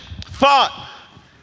thought